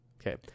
okay